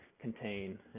contain